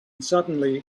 suddenly